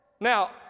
Now